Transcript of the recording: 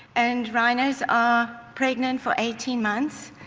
and rhinos are pregnant for eighteen months.